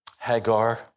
Hagar